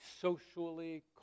socially